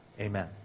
Amen